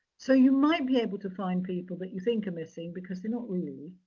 so, you might be able to find people that you think are missing, because they're not really.